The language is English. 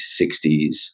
60s